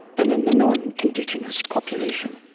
than in the non-indigenous population.